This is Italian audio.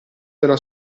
della